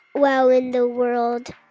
wow in the world.